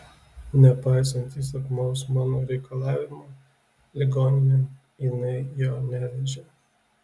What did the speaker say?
nepaisant įsakmaus mano reikalavimo ligoninėn jinai jo nevežė